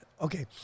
Okay